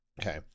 Okay